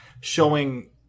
showing –